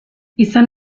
izan